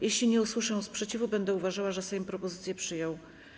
Jeśli nie usłyszę sprzeciwu, będę uważała, że Sejm propozycję przyjął.